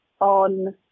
on